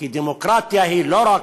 כי דמוקרטיה היא לא רק,